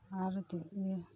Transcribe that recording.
ᱟᱨ ᱪᱮᱫ ᱤᱭᱟᱹ